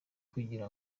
kugira